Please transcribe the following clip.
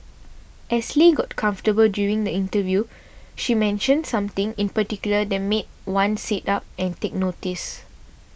as Lee got comfortable during the interview she mentioned something in particular that made one sit up and take notice